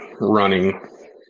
running